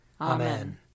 Amen